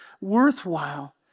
worthwhile